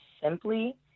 Simply